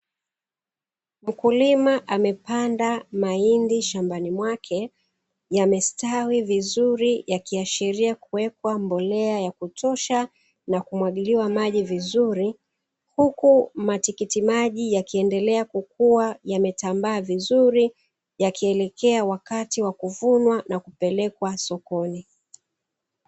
Mkulima amepanda mahindi shambani mwake, yamestawi vizuri yakiashiria kuwekwa mbolea ya kutosha na kumwagiliwa maji vizuri, huku matikiti maji yakiendelea kukua yametambaa vizuri yakielekea wakati wa kuvunwa na kupelekwa sokoni.